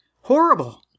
horrible